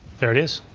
there it is.